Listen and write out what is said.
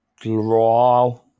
draw